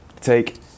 take